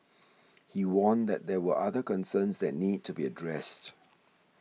he warned that there were other concerns that need to be addressed